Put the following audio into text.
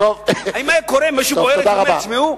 אם היה קורה משהו בוער הייתי אומר: תשמעו,